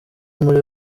muri